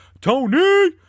Tony